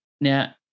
Now